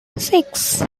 six